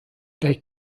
they